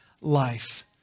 life